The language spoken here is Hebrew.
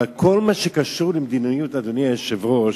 אבל כל מה שקשור למדיניות, אדוני היושב-ראש,